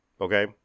Okay